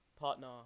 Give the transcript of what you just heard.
partner